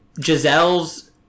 giselle's